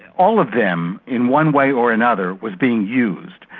all of them in one way or another was being used.